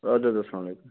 اَدٕ حظ اسلامُ علیکمُ